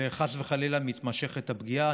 וחס וחלילה מתמשכת הפגיעה.